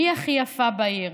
מי הכי יפה בעיר"?